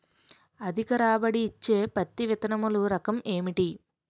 అధిక రాబడి ఇచ్చే పత్తి విత్తనములు రకం ఏంటి?